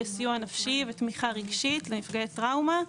סיוע נפשי ותמיכה רגשית לנפגעי טראומה,